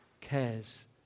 cares